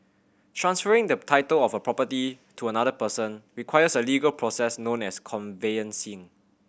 transferring the title of a property to another person requires a legal process known as conveyancing